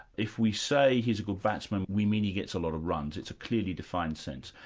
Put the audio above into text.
if we say he's a good batsman, we mean he gets a lot of runs it's a clearly defined sense.